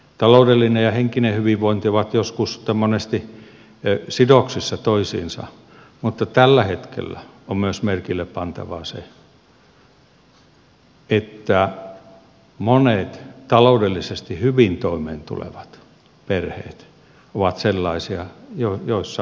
taloudellinen ja henkinen hyvinvointi ovat monesti sidoksissa toisiinsa mutta tällä hetkellä on myös merkille pantavaa se että monet taloudellisesti hyvin toimeentulevat perheet ovat sellaisia joissa on huostaanotto